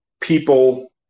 people